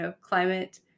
climate